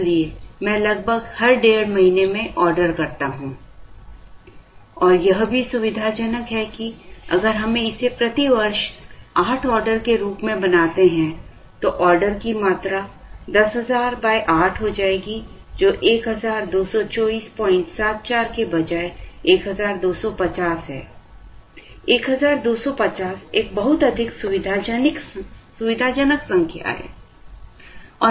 इसलिए मैं लगभग हर डेढ़ महीने में ऑर्डर करता हूं और यह भी सुविधाजनक है कि अगर हम इसे प्रति वर्ष 8 ऑर्डर के रूप में बनाते हैं तो ऑर्डर की मात्रा 10000 8 हो जाएगी जो 122474 के बजाय 1250 है 1250 एक बहुत अधिक सुविधाजनक संख्या है